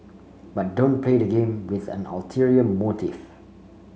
but don't play the game with an ulterior motive